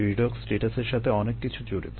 redox স্ট্যাটাসের সাথে অনেক কিছু জড়িত